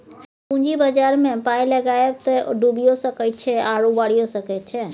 पूंजी बाजारमे पाय लगायब तए ओ डुबियो सकैत छै आ उबारियौ सकैत छै